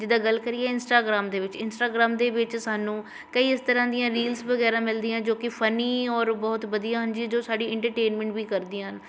ਜਿੱਦਾਂ ਗੱਲ ਕਰੀਏ ਇੰਸਟਾਗ੍ਰਾਮ ਦੇ ਵਿੱਚ ਇੰਸਟਾਗ੍ਰਾਮ ਦੇ ਵਿੱਚ ਸਾਨੂੰ ਕਈ ਇਸ ਤਰ੍ਹਾਂ ਦੀਆਂ ਰੀਲਸ ਵਗੈਰਾ ਮਿਲਦੀਆਂ ਜੋ ਕਿ ਫਨੀ ਔਰ ਬਹੁਤ ਵਧੀਆ ਹੁੰਦੀ ਜੋ ਸਾਡੀ ਇੰਟਰਟੇਨਮੈਂਟ ਵੀ ਕਰਦੀਆਂ ਹਨ